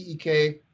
tek